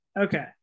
Okay